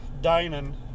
dining